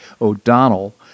O'Donnell